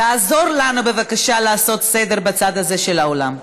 תעזור לנו בבקשה לעשות סדר בצד הזה של האולם.